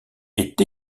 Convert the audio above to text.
est